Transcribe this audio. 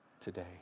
today